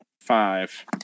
five